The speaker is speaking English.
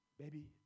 baby